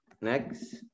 Next